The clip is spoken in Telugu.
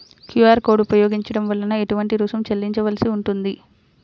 క్యూ.అర్ కోడ్ ఉపయోగించటం వలన ఏటువంటి రుసుం చెల్లించవలసి ఉంటుంది?